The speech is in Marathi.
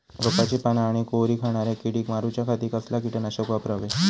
रोपाची पाना आनी कोवरी खाणाऱ्या किडीक मारूच्या खाती कसला किटकनाशक वापरावे?